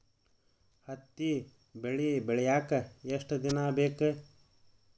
ಹತ್ತಿ ಬೆಳಿ ಬೆಳಿಯಾಕ್ ಎಷ್ಟ ದಿನ ಬೇಕ್?